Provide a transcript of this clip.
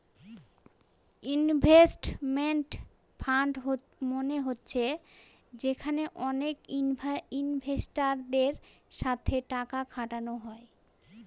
investment fund মানে হচ্ছে যেখানে অনেক ইনভেস্টারদের সাথে টাকা খাটানো হয়